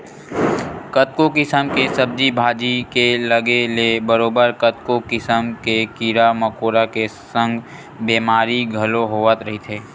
कतको किसम के सब्जी भाजी के लगे ले बरोबर कतको किसम के कीरा मकोरा के संग बेमारी घलो होवत रहिथे